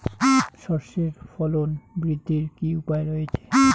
সর্ষের ফলন বৃদ্ধির কি উপায় রয়েছে?